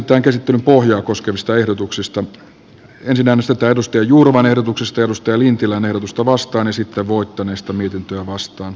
käsittelyn pohjaa koskevista ehdotuksista ei sinänsä taatusti jurvan ehdotuksesta just elintilan ehdotusta vastaan esite voittaneesta mietintöä vastaan